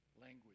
language